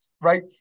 right